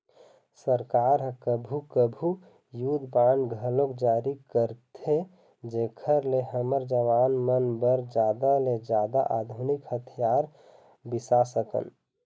सरकार ह कभू कभू युद्ध बांड घलोक जारी करथे जेखर ले हमर जवान मन बर जादा ले जादा आधुनिक हथियार बिसा सकन